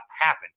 happen